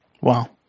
Wow